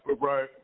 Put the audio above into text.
right